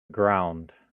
ground